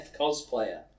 cosplayer